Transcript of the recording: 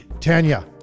Tanya